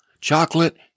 chocolate